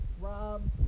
robbed